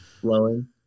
flowing